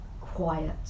quiet